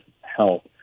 help